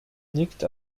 nikt